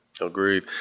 Agreed